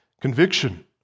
conviction